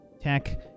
Tech